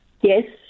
Yes